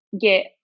get